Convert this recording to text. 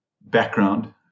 background